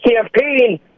campaign